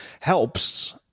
helps